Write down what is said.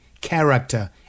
character